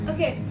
Okay